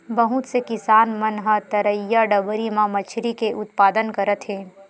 बहुत से किसान मन ह तरईया, डबरी म मछरी के उत्पादन करत हे